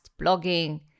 blogging